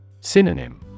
Synonym